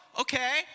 okay